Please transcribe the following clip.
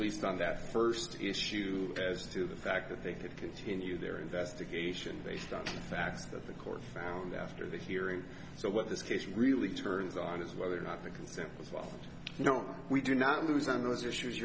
least on that first issue as to the fact that they could continue their investigation based on facts that the court found after the hearing so what this case really turns on is whether or not because it is well known we do not lose on those issues